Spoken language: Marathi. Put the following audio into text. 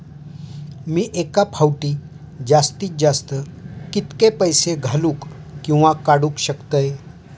मी एका फाउटी जास्तीत जास्त कितके पैसे घालूक किवा काडूक शकतय?